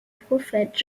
prophète